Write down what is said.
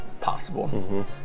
possible